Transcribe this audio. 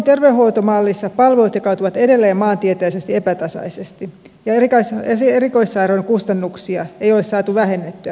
ruotsin terveydenhoitomallissa palvelut jakautuvat edelleen maantieteellisesti epätasaisesti ja erikoissairaanhoidon kustannuksia ei ole saatu vähennettyä päinvastoin